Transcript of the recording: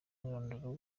umwirondoro